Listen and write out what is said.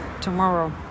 tomorrow